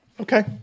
Okay